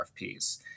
rfps